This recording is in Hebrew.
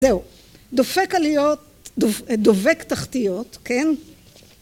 זהו, דופק עליות, דובק תחתיות, כן?